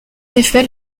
effet